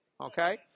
Okay